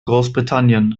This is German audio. großbritannien